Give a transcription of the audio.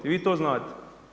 I vi to znate.